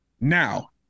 Now